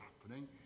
happening